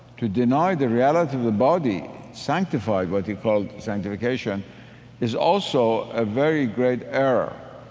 to deny the reality of the body sanctified what you call sanctification is also a very great error.